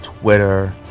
Twitter